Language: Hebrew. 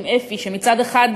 עם אפי, שמצד אחד,